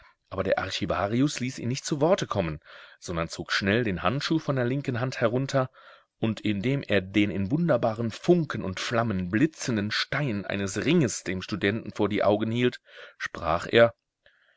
aber der archivarius ließ ihn nicht zu worte kommen sondern zog schnell den handschuh von der linken hand herunter und indem er den in wunderbaren funken und flammen blitzenden stein eines ringes dem studenten vor die augen hielt sprach er